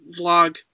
vlog